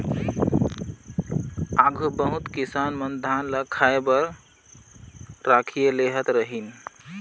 आघु बहुत किसान मन धान ल खाए बर राखिए लेहत रहिन